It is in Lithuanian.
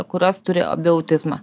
kurios turi abi autizmą